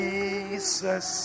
Jesus